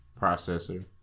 processor